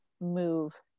move